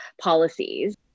policies